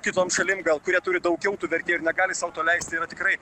kitom šalim gal kurie turi daugiau tų vertėjų ir negali sau to leisti yra tikrai